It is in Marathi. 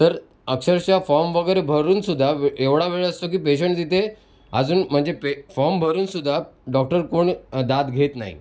तर अक्षरशः फॉर्म वगैरे भरूनसुद्धा वे एवढा वेळ असतो की पेशन्ट तिथे अजून म्हणजे पे फॉर्म भरूनसुद्धा डॉक्टर कोण दाद घेत नाही